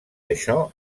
això